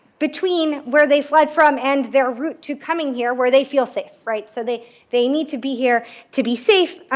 between where they fled from and their route to coming here where they feel safe. so they they need to be here to be safe.